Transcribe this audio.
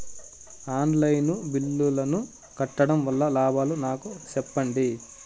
On line బిల్లుల ను కట్టడం వల్ల లాభాలు నాకు సెప్పండి?